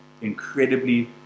incredibly